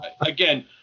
Again